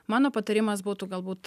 mano patarimas būtų galbūt